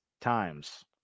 times